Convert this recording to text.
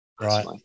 Right